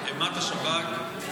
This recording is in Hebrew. אימת השב"כ,